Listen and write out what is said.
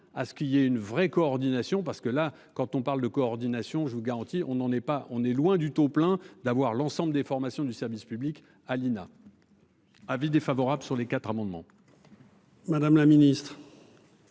à ce qu'il y ait une vraie coordination parce que là quand on parle de coordination. Je vous garantis, on n'en est pas on est loin du taux plein d'avoir l'ensemble des formations du service public à. Avis défavorable sur les quatre amendements. Madame la Ministre.